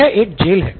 यह एक जेल है